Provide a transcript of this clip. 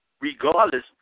regardless